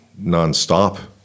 nonstop